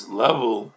level